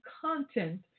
content